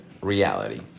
reality